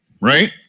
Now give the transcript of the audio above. right